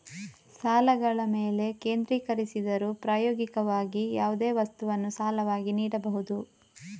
ಸಾಲಗಳ ಮೇಲೆ ಕೇಂದ್ರೀಕರಿಸಿದರೂ, ಪ್ರಾಯೋಗಿಕವಾಗಿ, ಯಾವುದೇ ವಸ್ತುವನ್ನು ಸಾಲವಾಗಿ ನೀಡಬಹುದು